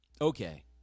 Okay